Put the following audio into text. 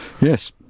Yes